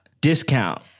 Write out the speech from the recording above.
discount